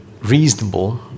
Reasonable